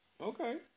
okay